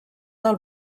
del